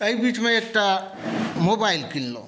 एहि बीचमे एकटा मोबाइल किनलहुँ